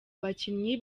abakinnyi